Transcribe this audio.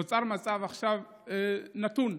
נוצר עכשיו מצב נתון: